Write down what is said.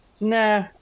Nah